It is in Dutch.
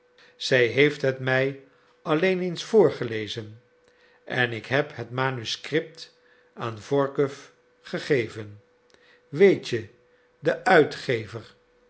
zij heeft het mij alleen eens voorgelezen en ik heb het manuscript aan workuw gegeven weet je den uitgever